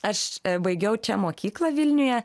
aš baigiau čia mokyklą vilniuje